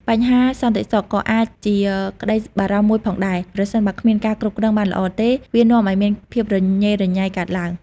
បញ្ហាសន្តិសុខ ក៏អាចជាក្តីបារម្ភមួយផងដែរ ប្រសិនបើគ្មានការគ្រប់គ្រងបានល្អទេ វានាំឲ្យមានភាពរញេរញ៉ៃកើតឡើង។